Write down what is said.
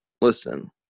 listen